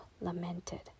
lamented